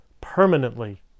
permanently